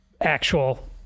Actual